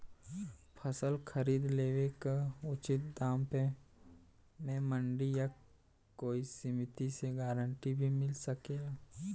फसल खरीद लेवे क उचित दाम में मंडी या कोई समिति से गारंटी भी मिल सकेला?